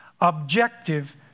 objective